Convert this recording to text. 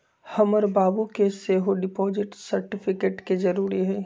हमर बाबू के सेहो डिपॉजिट सर्टिफिकेट के जरूरी हइ